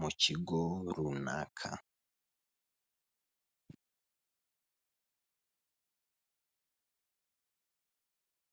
mu kigo runaka.